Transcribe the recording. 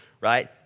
right